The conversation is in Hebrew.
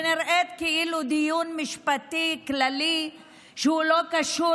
שנראית כאילו דיון משפטי כללי שלא קשור